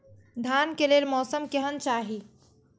धान के लेल मौसम केहन चाहि?